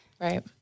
Right